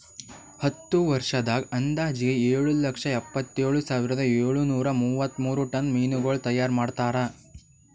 ಹತ್ತು ವರ್ಷದಾಗ್ ಅಂದಾಜಿಗೆ ಏಳು ಲಕ್ಷ ಎಪ್ಪತ್ತೇಳು ಸಾವಿರದ ಏಳು ನೂರಾ ಮೂವತ್ಮೂರು ಟನ್ ಮೀನಗೊಳ್ ತೈಯಾರ್ ಮಾಡ್ತಾರ